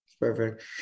Perfect